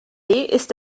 ist